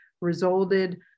resulted